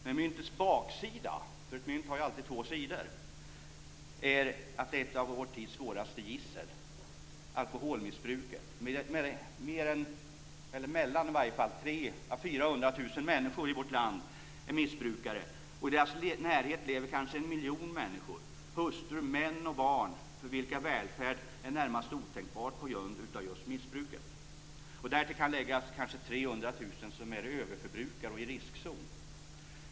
Men myntets baksida - ett mynt har ju alltid två sidor - är att detta är ett av vår tids svåraste gissel: människor i vårt land är missbrukare, och i deras närhet lever kanske en miljon människor, hustrur, män och barn, för vilka välfärd är närmast otänkbart på grund av just missbruket. Därtill kan läggas kanske 300 000 som är överförbrukare och i riskzonen.